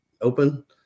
open